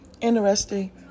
interesting